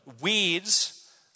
weeds